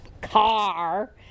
car